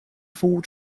four